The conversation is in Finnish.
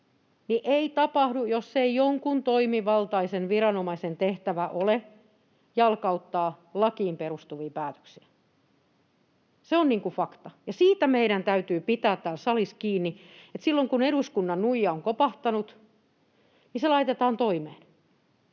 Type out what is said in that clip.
ei tapahdu, jos ei jonkun toimivaltaisen viranomaisen tehtävä ole jalkauttaa lakiin perustuvia päätöksiä. Se on fakta, ja siitä meidän täytyy pitää täällä salissa kiinni, että silloin kun eduskunnan nuija on kopahtanut, niin se laitetaan toimeen,